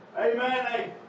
amen